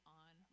on